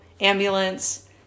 ambulance